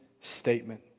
statement